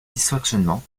dysfonctionnements